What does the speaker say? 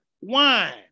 Wine